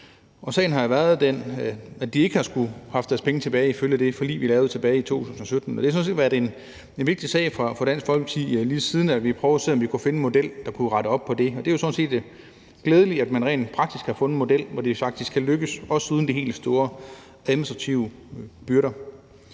det har været sådan, at de ikke har skullet have deres penge tilbage ifølge det forlig, vi lavede tilbage i 2017. Det har sådan set været en vigtig sag for Dansk Folkeparti lige siden, at vi har prøvet at finde en model, der kunne rette op på det. Det er jo glædeligt, at man rent praktisk har fundet en model, hvor det er lykkedes, også uden de store administrative byrder.